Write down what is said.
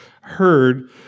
heard